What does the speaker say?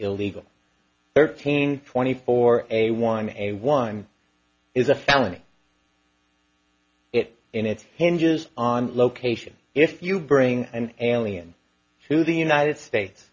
illegally thirteen twenty four a one a one is a felony it in its hinges on location if you bring an alien to the united states